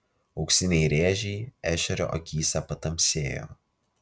auksiniai rėžiai ešerio akyse patamsėjo